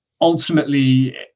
Ultimately